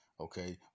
Okay